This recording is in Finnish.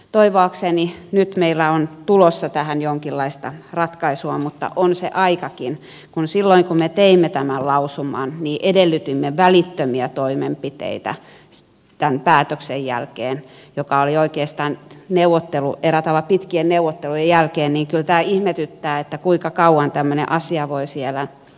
toivoakseni nyt meillä on tulossa tähän jonkinlaista ratkaisua mutta on se aikakin kun silloin kun me teimme tämän lausuman edellytimme välittömiä toimenpiteitä tämän päätöksen jälkeen oikeastaan eräällä tavalla pitkien neuvottelujen jälkeen niin että kyllä tämä ihmetyttää kuinka kauan tämmöinen asia voi siellä virkamieskoneistossa olla